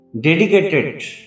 dedicated